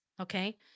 Okay